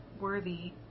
worthy